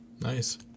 nice